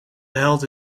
held